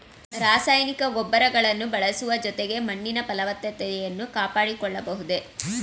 ರಾಸಾಯನಿಕ ಗೊಬ್ಬರಗಳನ್ನು ಬಳಸುವುದರ ಜೊತೆಗೆ ಮಣ್ಣಿನ ಫಲವತ್ತತೆಯನ್ನು ಕಾಪಾಡಿಕೊಳ್ಳಬಹುದೇ?